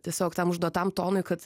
tiesiog tam užduotam tonui kad